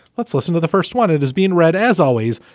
let's listen to the first one. it is being read, as always,